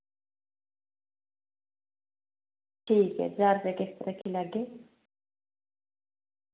ठीक ऐ ज्हार रपेआ किश्त रक्खी लैगे